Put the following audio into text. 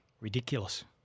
Ridiculous